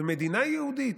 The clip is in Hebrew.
במדינה יהודית,